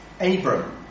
Abram